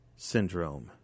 syndrome